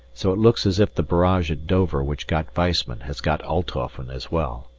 so it looks as if the barrage at dover which got weissman has got althofen as well.